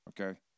okay